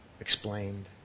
explained